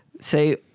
say